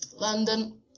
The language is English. london